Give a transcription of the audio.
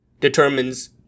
determines